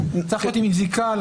צריכה להיות עם זיקה.